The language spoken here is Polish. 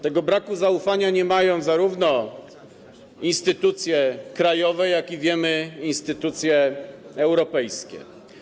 Tego braku zaufania nie mają zarówno instytucje krajowe, jak i, jak wiemy, instytucje europejskie.